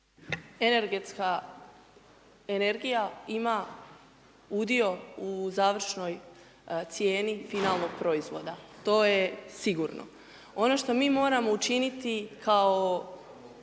Energetska energija ima udio u završnoj cijeni finalnog proizvoda, to je sigurno. Ono što mi moramo učiniti kao